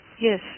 Yes